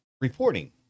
reporting